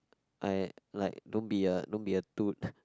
I like don't be a don't be a